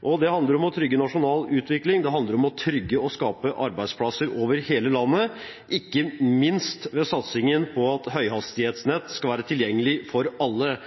dag. Det handler om å trygge nasjonal utvikling, det handler om å trygge og skape arbeidsplasser over hele landet, ikke minst ved satsingen på at et høyhastighetsnett skal være tilgjengelig for alle.